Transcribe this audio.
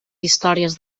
històries